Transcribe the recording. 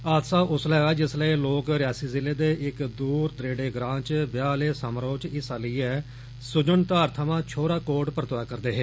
हादसा उसलै होआ जिसलै एह् लोक रियासी जिले दे इक दूर दरेडे ग्रां च ब्याह् आहले समारोह च हिस्सा लेइयै स्जनधार थमां छोराकोट प्रतोआ'रदे है